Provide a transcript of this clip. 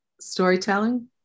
storytelling